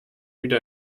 wieder